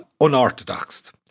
unorthodox